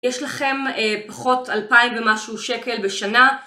יש לכם פחות 2,000 ומשהו שקל בשנה